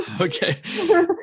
Okay